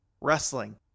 wrestling